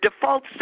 default